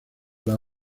las